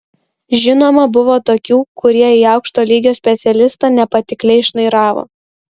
žinoma buvo tokių kurie į aukšto lygio specialistą nepatikliai šnairavo